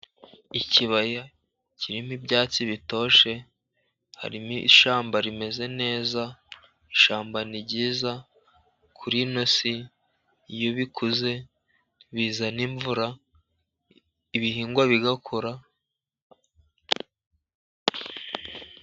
Ikibaya kirimo ibyatsi bitoshye, harimo ishyamba rimeze neza, ishyamba ni ryiza, kuri ino si, iyo bikuze bizana imvura, ibihingwa bigakora.